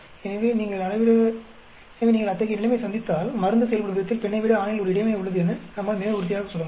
எனவே நீங்கள் அத்தகைய நிலைமையை சந்தித்தால் மருந்து செயல்படும்விதத்தில் பெண்ணைவிட ஆணில் ஒரு இடைவினை உள்ளது என நம்மால் மிக உறுதியாக சொல்ல முடியும்